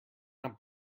not